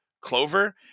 Clover